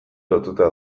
lotuta